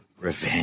revenge